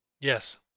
Yes